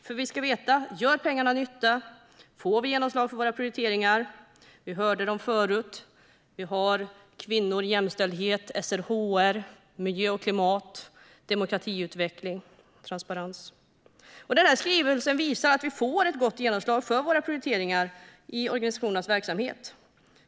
Vi ska veta att om pengarna gör nytta får vi genomslag för våra prioriteringar. Vilka det är hörde vi förut: kvinnor, jämställdhet, SRHR, miljö och klimat, demokratiutveckling och transparens. Den här skrivelsen visar att vi får ett gott genomslag för våra prioriteringar i organisationens verksamhet.